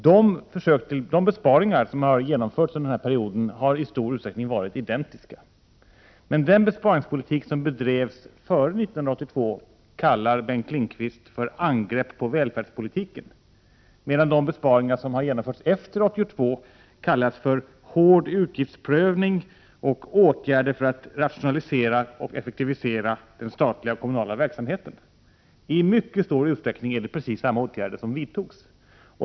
De besparingar som har genomförts under den här perioden har i stor utsträckning varit identiska, men den besparingspolitik som bedrevs före 1982 kallar Bengt Lindqvist för ”angrepp på välfärdspolitiken”, medan besparingar efter 1982 kallas ”hård utgiftsprövning” och åtgärder ”för att rationalisera och effektivisera den statliga och kommunala verksamheten”. I mycket stor utsträckning är det precis samma åtgärder som vidtagits.